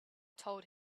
told